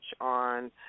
on